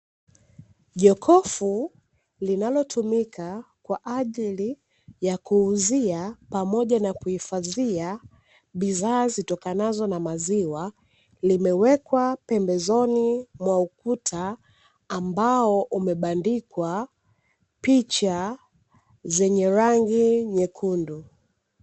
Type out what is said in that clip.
Jokofu linalotumika kwa ajili ya kuuzia pamoja na kuhifadhia bidhaa zitokanazo na maziwa, limewekwa pembeni mwa ukuta ambao umebandikwa picha zenye rangi nyekundu.